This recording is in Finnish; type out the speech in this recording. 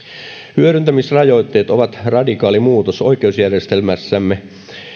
hyödyntämisrajoitteet ovat radikaali muutos oikeusjärjestelmässämme